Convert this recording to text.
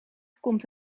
komt